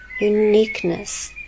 uniqueness